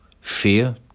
Fear